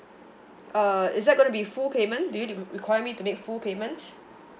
uh is that gonna be full payment do you require me to make full payment